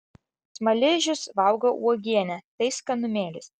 smaližius valgo uogienę tai skanumėlis